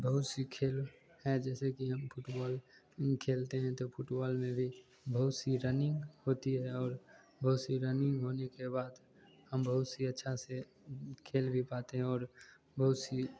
बहुत सी खेल हैं जैसे कि फुटबॉल खेलते हैं तो फुटबॉल में भी बहुत सी रनिंग होती है और बहुत सी रनिंग होने के बाद हम बहुत सी अच्छा से खेल भी पाते हैं और बहुत सी